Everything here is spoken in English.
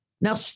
Now